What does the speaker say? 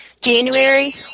January